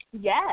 Yes